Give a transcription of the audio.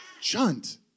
Chunt